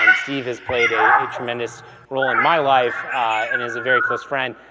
um steve has played a a tremendous role in my life and is a very close friend.